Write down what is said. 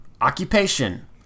Occupation